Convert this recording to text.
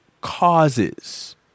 causes